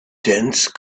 dense